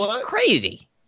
Crazy